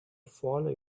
follow